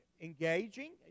engaging